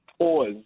pause